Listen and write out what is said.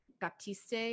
Baptiste